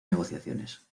negociaciones